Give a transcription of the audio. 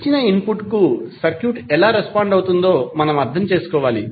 ఇచ్చిన ఇన్పుట్కు సర్క్యూట్ ఎలా రెస్పాండ్ అవుతుందో మనం అర్థం చేసుకోవాలి